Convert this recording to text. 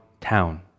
town